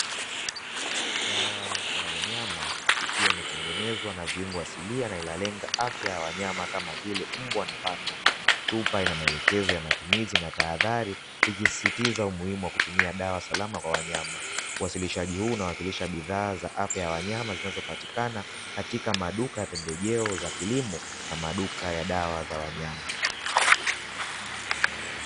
Dawa ya wanyama ikiwa imetengenezwa na viungo asilia na inalenga afya ya wanyama kama vile mbwa na paka. Chupa ina maelekezo ya matumizi na tahadhari ikisisitiza umuhimu wa kutumia dawa salama kwa wanyama. Uwasilishaji huu unawakilisha bidhaa za afya ya wanyama zinazopatikana katika maduka ya pembejeo za kilimo na maduka ya dawa za wanyama.